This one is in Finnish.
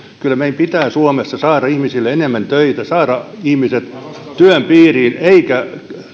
kyllä meidän pitää suomessa saada ihmisille enemmän töitä saada ihmiset työn piiriin eikä